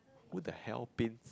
who the hell paint